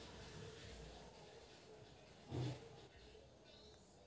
వదినా ఆవులకు ఏదో ఇంజషను ఇచ్చి ఎక్కువ పాలు ఇచ్చేటట్టు చేస్తున్నారట